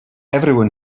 everyone